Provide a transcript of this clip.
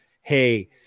Hey